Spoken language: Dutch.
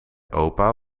opa